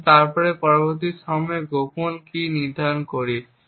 এবং তারপরে পরবর্তী সময়ে গোপন কী নির্ধারণ করি